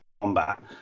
combat